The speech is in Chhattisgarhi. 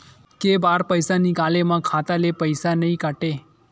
के बार पईसा निकले मा खाता ले पईसा नई काटे?